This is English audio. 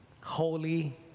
holy